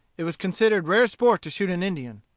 it was considered rare sport to shoot an indian.